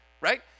right